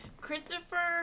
Christopher